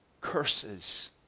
curses